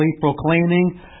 proclaiming